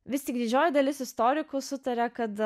vis tik didžioji dalis istorikų sutaria kad